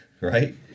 Right